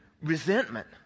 resentment